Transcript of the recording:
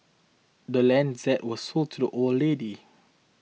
the land's zed was sold to the old lady